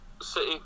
City